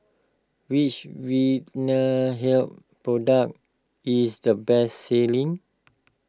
which Vitahealth product is the best selling